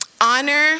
Honor